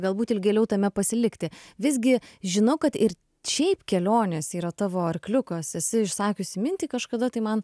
galbūt ilgėliau tame pasilikti visgi žinau kad ir šiaip kelionės yra tavo arkliukas esi išsakiusi mintį kažkada tai man